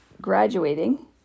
graduating